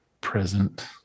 present